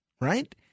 right